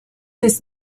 this